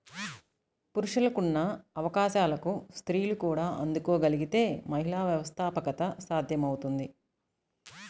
పురుషులకున్న అవకాశాలకు స్త్రీలు కూడా అందుకోగలగితే మహిళా వ్యవస్థాపకత సాధ్యమవుతుంది